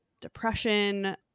depression